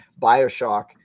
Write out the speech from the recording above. Bioshock